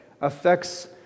affects